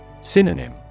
Synonym